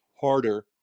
harder